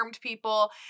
people